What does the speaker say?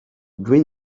green